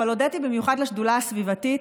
אבל הודיתי במיוחד לשדולה הסביבתית,